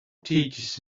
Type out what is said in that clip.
teaches